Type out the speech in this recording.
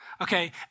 Okay